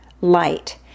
light